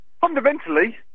fundamentally